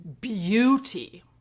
beauty